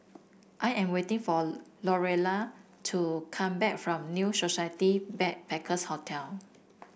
I am waiting for Lorelei to come back from New Society Backpackers' Hotel